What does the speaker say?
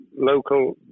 local